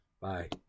Bye